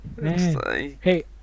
Hey